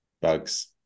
bugs